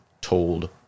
told